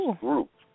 Group